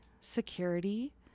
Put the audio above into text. security